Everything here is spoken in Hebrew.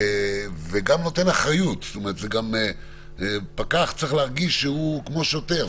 וגם נותן אחריות פקח צריך להרגיש שהוא כמו שוטר.